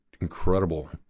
incredible